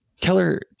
Keller